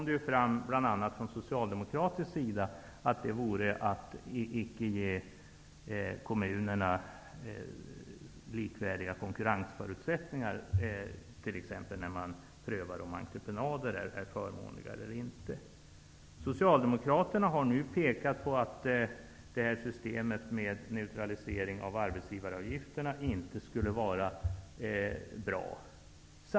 Det framhölls bl.a. på socialdemokratiskt håll att det gjorde att kommunerna inte fick likvärdiga konkurrensförutsättningar t.ex. vid prövning av om entreprenader är förmånligare eller inte. Socialdemokraterna har nu pekat på att systemet med neutralisering av arbetsgivaravgifterna inte skulle vara bra.